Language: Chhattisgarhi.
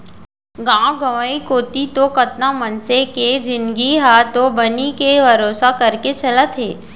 गांव गंवई कोती तो कतका मनसे के जिनगी ह तो बनी के भरोसा करके चलत हे